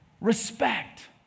respect